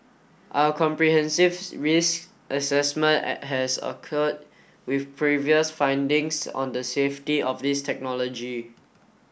our comprehensives risk assessment at has occurred with previous findings on the safety of this technology